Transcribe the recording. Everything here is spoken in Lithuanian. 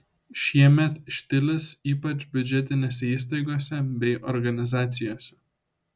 šiemet štilis ypač biudžetinėse įstaigose bei organizacijose